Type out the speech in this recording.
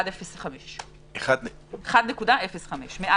1.05. זה אומר